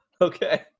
Okay